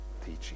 teaching